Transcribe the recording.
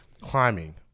climbing